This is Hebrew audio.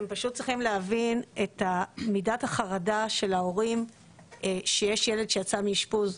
אתם פשוט צריכים להבין את מידת החרדה של ההורים שיש ילד שיצא מאשפוז,